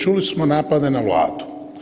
Čuli smo napade na Vladu.